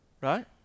Right